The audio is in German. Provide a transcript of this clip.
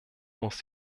muss